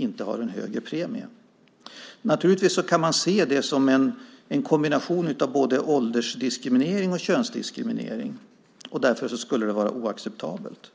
inte har en högre premie. Naturligtvis kan man se det som en kombination av både åldersdiskriminering och könsdiskriminering, och därför skulle det vara oacceptabelt.